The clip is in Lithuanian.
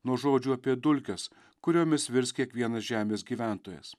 nuo žodžių apie dulkes kuriomis virs kiekvienas žemės gyventojas